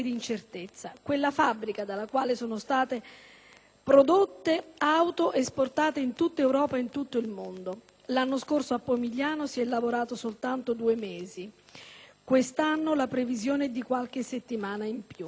prodotte auto esportate in tutta Europa e in tutto il mondo. Ebbene, l'anno scorso a Pomigliano si è lavorato soltanto due mesi e, per quest'anno, la previsione è di qualche settimana in più. Ma non ci sono altre certezze.